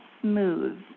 smooth